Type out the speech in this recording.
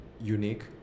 unique